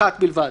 אחת בלבד.